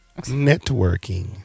Networking